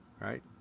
right